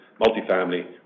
multifamily